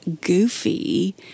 goofy